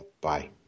Bye